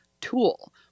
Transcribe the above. tool